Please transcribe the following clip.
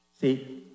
see